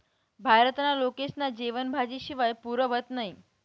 भारतना लोकेस्ना जेवन भाजी शिवाय पुरं व्हतं नही